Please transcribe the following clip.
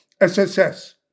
SSS